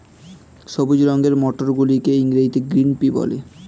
সবুজ রঙের মটরশুঁটিকে ইংরেজিতে গ্রিন পি বলে